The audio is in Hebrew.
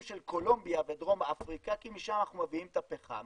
של קולומביה ודרום אפריקה כי משם אנחנו מביאים את הפחם